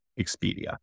Expedia